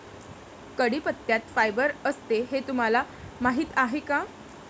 कढीपत्त्यात फायबर असते हे तुम्हाला माहीत आहे का?